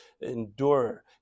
endure